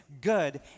good